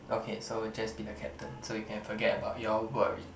okay so just be the captain so you can forget about your worry